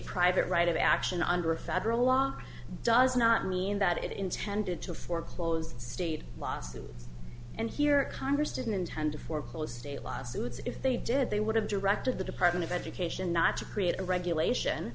private right of action under a federal law does not mean that it intended to foreclose state lawsuits and here congress didn't intend to foreclose state lawsuits if they did they would have directed the department of education not to create a regulation